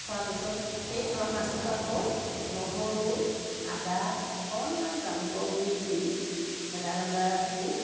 থোৱা পিছত সেই টোৰা মাছটোত আকৌ নহৰু আদা অকণমান জালুকৰ গুৰি দি ভেদাইলতাৰে সৈতে